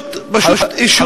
הרשויות פשוט אישרו,